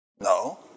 No